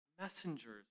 messengers